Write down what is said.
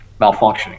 malfunctioning